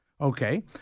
Okay